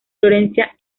florencia